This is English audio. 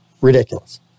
ridiculous